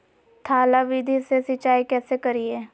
थाला विधि से सिंचाई कैसे करीये?